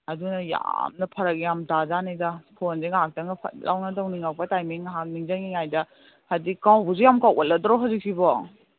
ꯑꯗꯨꯅ ꯌꯥꯝꯅ ꯐꯔꯛ ꯌꯥꯝ ꯇꯥꯖꯅꯤꯗ ꯐꯣꯟꯁꯦ ꯉꯥꯍꯥꯛꯇꯪꯒ ꯐꯠ ꯂꯥꯎꯅ ꯇꯧꯅꯤꯡꯉꯛꯄ ꯇꯥꯏꯃꯤꯡ ꯉꯥꯍꯥꯛ ꯅꯤꯡꯁꯤꯡꯏꯉꯩꯗ ꯍꯥꯏꯕꯗꯤ ꯀꯥꯎꯕꯁꯨ ꯌꯥꯝ ꯀꯥꯎꯒꯜꯂꯗ꯭ꯔꯣ ꯍꯧꯖꯤꯛꯁꯤꯕꯣ